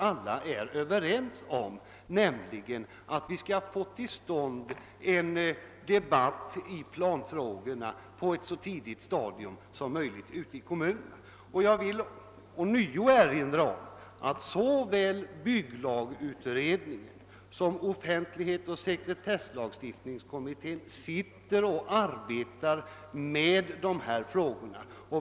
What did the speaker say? Att målet är att få till stånd en debatt i planfrågorna ute i kommunerna på ett så tidigt stadium som möjligt är vi ju alla överens om. Jag vill ånyo erinra om att såväl bygglagutredningen som offentlighetsoch sekretesslagstiftningskommittén arbetar med dessa frågor.